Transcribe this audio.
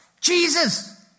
Jesus